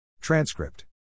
Transcript